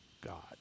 God